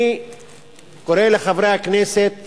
אני קורא לחברי הכנסת